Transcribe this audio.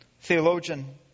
theologian